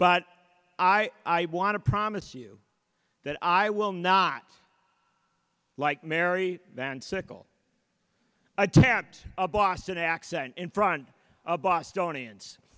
but i want to promise you that i will not like marry that circle attempt a boston accent in front of bostonians